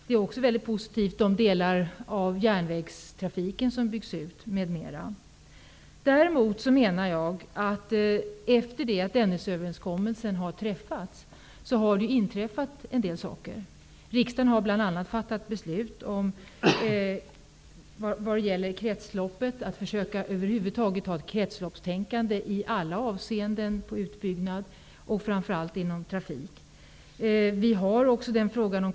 De delar som handlar om att järnvägsnätet skall byggas ut m.m. är också väldigt positiva. Däremot har det inträffat en del saker efter det att Dennisöverenskommelsen har träffats. Riksdagen har bl.a. fattat beslut vad gäller kretsloppet, dvs. att man skall försöka att ha ett kretsloppstänkande i alla avseenden vid utbyggnad, framför allt när det gäller trafiken.